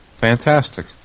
Fantastic